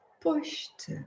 pushed